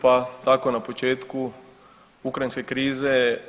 Pa tako na početku ukrajinske krize